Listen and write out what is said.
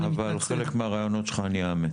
אבל את חלק מהרעיונות שלך אני אאמץ.